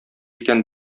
икән